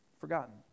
Forgotten